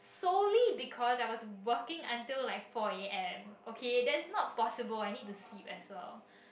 sorry because I was working until like four a_m okay that's no possible I need to sleep as well